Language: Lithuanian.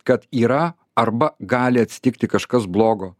kad yra arba gali atsitikti kažkas blogo